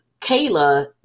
Kayla